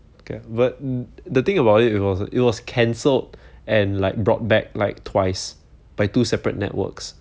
can but the thing about it it was it was cancelled and like brought back like twice by two separate networks